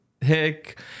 hick